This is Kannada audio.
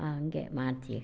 ನಾವು ಹಂಗೆ ಮಾಡ್ತೀವಿ